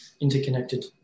interconnected